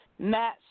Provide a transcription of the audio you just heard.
Matt